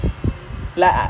ask her to send some